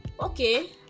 Okay